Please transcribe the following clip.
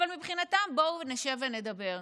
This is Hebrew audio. אבל מבחינתם, בואו נשב ונדבר.